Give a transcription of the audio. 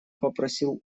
попросил